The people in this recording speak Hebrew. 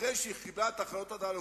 אחרי שהיא קיבלה את ההחלטות הללו,